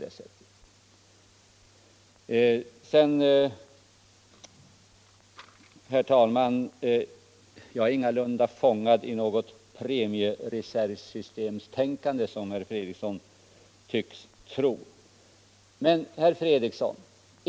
Jag är, herr talman, ingalunda fången i något premiereservsystemtänkande, som herr Fredriksson tycks tro.